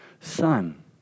son